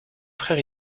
frère